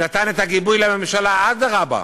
נתן את הגיבוי לממשלה: אדרבה,